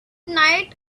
night